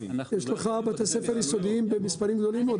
בתי ספר יסודיים במספרים גדולים מאוד.